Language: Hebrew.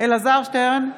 אלעזר שטרן,